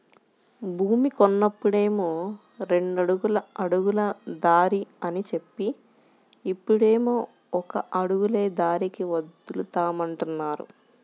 భూమి కొన్నప్పుడేమో రెండడుగుల అడుగుల దారి అని జెప్పి, ఇప్పుడేమో ఒక అడుగులే దారికి వదులుతామంటున్నారు